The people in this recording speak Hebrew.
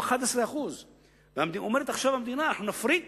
הוא 11%. אומרת עכשיו המדינה: אנחנו נפריט